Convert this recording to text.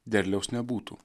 derliaus nebūtų